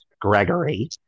Gregory